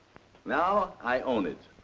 now i own it.